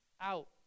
out